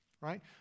right